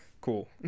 cool